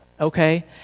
okay